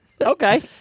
Okay